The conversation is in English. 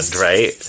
Right